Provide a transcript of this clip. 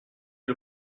est